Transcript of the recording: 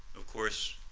of course,